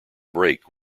brake